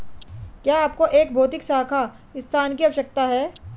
क्या आपको एक भौतिक शाखा स्थान की आवश्यकता है?